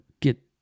get